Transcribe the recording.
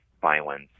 violence